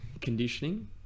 conditioning